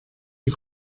die